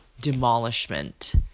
demolishment